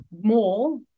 more